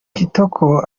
kitoko